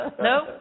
No